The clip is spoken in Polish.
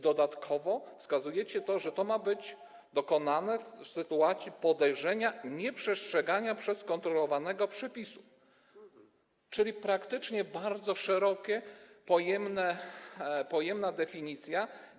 Dodatkowo wskazujecie, że to ma być dokonane w sytuacji podejrzenia nieprzestrzegania przez kontrolowanego przepisów, czyli praktycznie jest to bardzo szeroka, pojemna definicja.